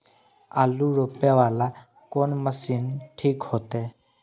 आलू रोपे वाला कोन मशीन ठीक होते?